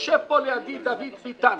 יושב פה לידי דוד ביטן,